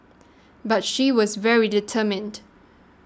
but she was very determined